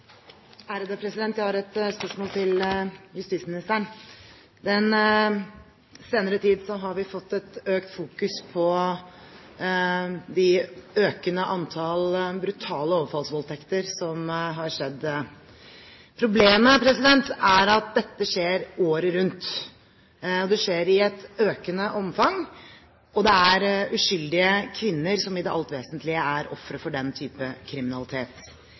Jeg har et spørsmål til justisministeren. Den senere tid har vi fått et økt fokus på det økende antall brutale overfallsvoldtekter som har skjedd. Problemet er at dette skjer året rundt, det skjer i et økende omfang, og det er uskyldige kvinner som i det alt vesentlige er ofre for den type kriminalitet.